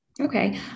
Okay